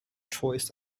choice